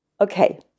Okay